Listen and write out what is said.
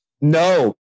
No